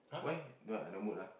why don't no mood ah